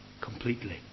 completely